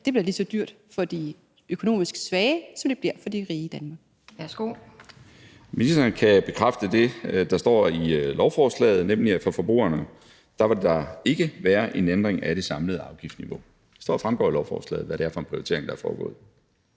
(Pia Kjærsgaard): Værsgo. Kl. 11:44 Skatteministeren (Morten Bødskov): Ministeren kan bekræfte det, der står i lovforslaget, nemlig at for forbrugerne vil der ikke være en ændring af det samlede afgiftsniveau. Det fremgår af lovforslaget, hvad det er for en prioritering, der er foretaget